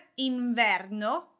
inverno